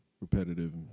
repetitive